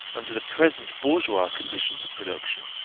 under the present bourgeois conditions of production,